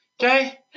okay